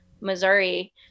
missouri